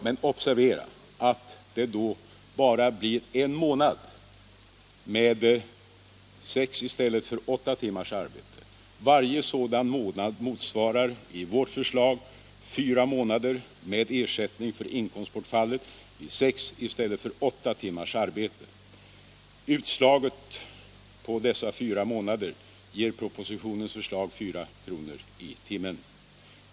Men observera att det då bara blir en månad med sex i stället för åtta timmars arbete. Varje sådan månad motsvarar i vårt förslag fyra månader med ersättning för inkomstbortfallet vid sex i stället för åtta 15 timmars arbete. Utslaget på dessa fyra månader ger propositionens förslag 4 kr. i timmen.